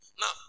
Now